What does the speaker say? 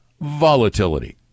volatility